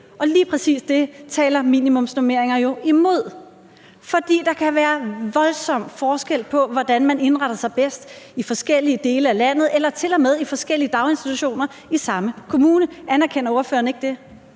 Og lige præcis det taler minimumsnormeringer jo imod, for der kan være voldsom forskel på, hvordan man indretter sig bedst i forskellige dele af landet eller til og med i forskellige daginstitutioner i samme kommune. Anerkender ordføreren ikke det?